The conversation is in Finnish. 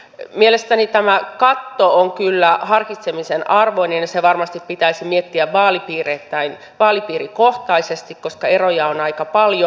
mielestäni tämä katto on kyllä harkitsemisen arvoinen ja se varmasti pitäisi miettiä vaalipiirikohtaisesti koska eroja on aika paljon